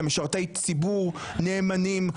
הם משרתי ציבור נאמנים,